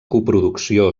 coproducció